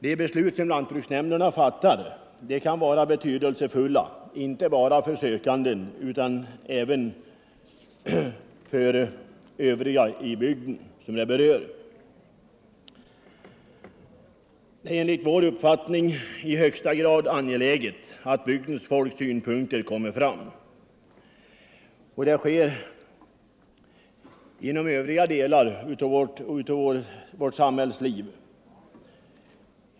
Det beslut som lantbruksnämnderna fattar kan vara betydelsefullt inte bara för den sökande, utan även för övriga i bygden som det berör. Enligt vår uppfattning är det i högsta grad angeläget att bygdens folks synpunkter kommer fram. Det sker inom övriga delar av vårt samhällsliv.